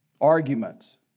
arguments